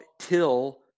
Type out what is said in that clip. till